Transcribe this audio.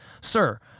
sir